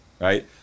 right